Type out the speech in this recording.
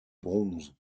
bronze